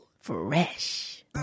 Fresh